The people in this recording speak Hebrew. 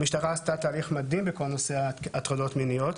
המשטרה עשתה תהליך מדהים בכל נושא ההטרדות המיניות,